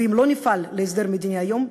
ואם לא נפעל להסדר מדיני היום,